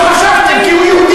לא חשבתם, כי הוא יהודי.